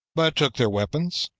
but took their weapons,